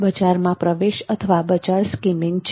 બજારમાં પ્રવેશ અથવા બજાર સ્કિમિંગ છે